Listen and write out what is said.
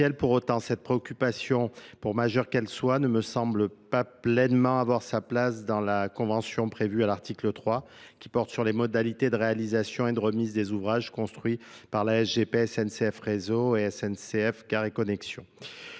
pour autant cette préoccupation pour majeure qu'elle soit ne me semble pas pleinement avoir sa prévue à l'article trois qui porte sur les modalités de réalisation et de remise des ouvrages construits par la G P. S N C F réseau et S N C F, car les connexions